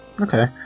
okay